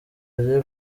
rye